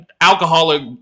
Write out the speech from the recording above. alcoholic